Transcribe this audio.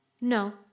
No